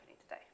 today